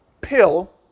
pill